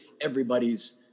everybody's